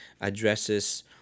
addresses